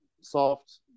soft